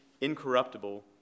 incorruptible